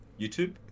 YouTube